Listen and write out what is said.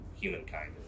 humankind